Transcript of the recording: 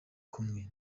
kumwe